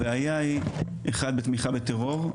הבעיה היא אחד בתמיכה בטרור,